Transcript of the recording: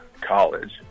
college